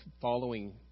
following